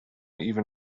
even